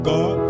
God